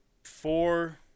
Four